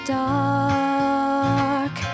dark